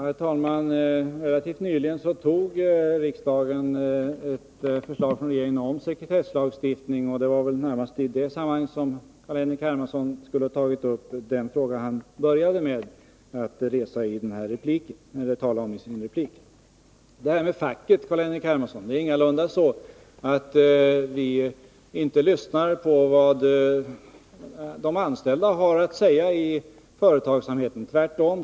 Herr talman! Relativt nyligen antog riksdagen ett förslag från regeringen om ny sekretesslagstiftning, och det var väl närmast i det sammanhanget som Carl-Henrik Hermansson skulle ha tagit upp den frågan han inledningsvis berörde i sin senaste replik. Beträffande fackets synpunkter vill jag säga att det ingalunda är så att vi inte lyssnar på vad de som är anställda inom företagsamheten har att säga.